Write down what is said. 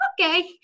okay